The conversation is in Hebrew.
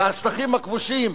והשטחים הכבושים,